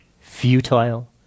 futile